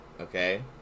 okay